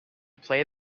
play